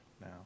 now